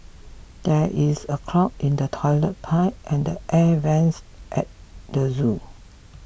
there is a clog in the Toilet Pipe and Air Vents at the zoo